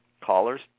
Callers